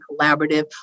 collaborative